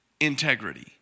integrity